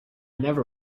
never